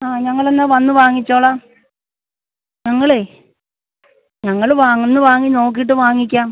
ആ ഞങ്ങളെന്നാൽ വന്ന് വാങ്ങിച്ചോളാം ഞങ്ങളെ ഞങ്ങൾ വന്ന് വാങ്ങി നോക്കീട്ട് വാങ്ങിക്കാം